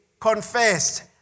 confessed